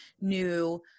new